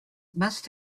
must